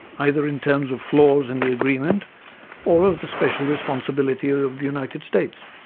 either in terms of flaws in the agreement or of the special responsibilities of the united states.